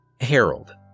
Harold